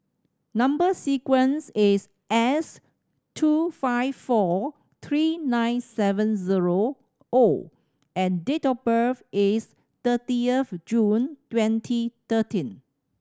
number sequence is S two five four three nine seven zero O and date of birth is thirty of June twenty thirteen